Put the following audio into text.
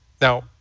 now